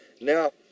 now